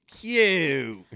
cute